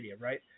right